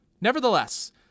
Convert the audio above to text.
Nevertheless